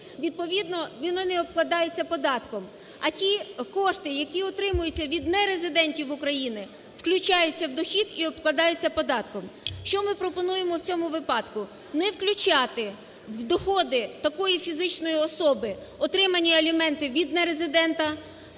відповідно вони не обкладаються податком. А ті кошти, які отримуються від нерезидентів України, включаються в дохід і обкладаються податком. Що ми пропонуємо в цьому випадку? Не включати в доходи такої фізичної особи отримання аліментів від нерезидента